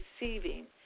receiving